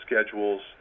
schedules